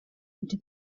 into